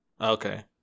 Okay